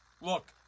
look